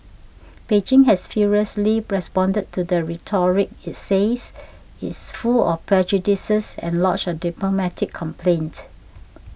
Beijing has furiously responded to the rhetoric it says is full of prejudices and lodged a diplomatic complaint